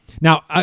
Now